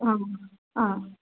आम् आ